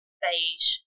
beige